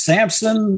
Samson